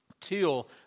till